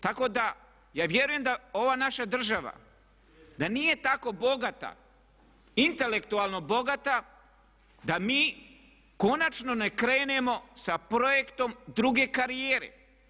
Tako da ja vjerujem da ova naša država da nije tako bogata, intelektualno bogata, da mi konačno ne krenemo sa projektom druge karijere.